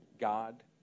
God